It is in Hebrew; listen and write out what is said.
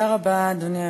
תודה רבה, אדוני היושב-ראש.